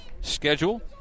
schedule